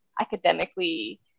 academically